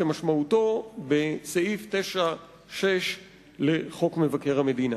כמשמעותו בסעיף 96 לחוק מבקר המדינה.